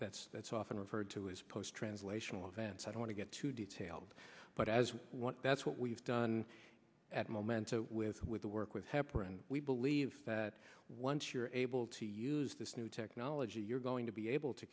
that's that's often referred to as post translational events i don't want to get too detailed but as that's what we've done at momenta with with the work with heparin we believe that once you're able to use this new technology you're going to be able to